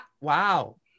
wow